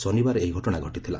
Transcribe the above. ଶନିବାର ଏହି ଘଟଣା ଘଟିଥିଲା